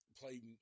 played